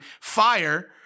fire